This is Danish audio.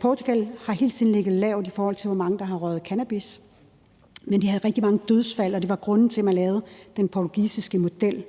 Portugal har hele tiden ligget lavt, i forhold til hvor mange der har røget cannabis, men de havde rigtig mange dødsfald, og det var grunden til, at man lavede den portugisiske model.